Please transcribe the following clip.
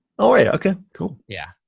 all right, okay, cool. yeah,